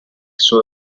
suo